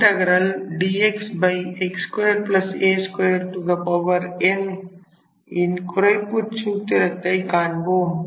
dxx2 a 2 n ன் குறைப்புச் சூத்திரத்தை காண்போம்